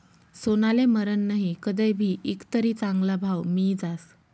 सोनाले मरन नही, कदय भी ईकं तरी चांगला भाव मियी जास